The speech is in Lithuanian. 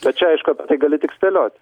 tad čia aišku tai gali tik spėlioti